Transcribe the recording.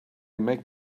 make